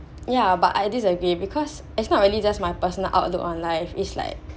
ya but I disagree because it's not really just my personal outlook on life is like